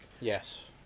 Yes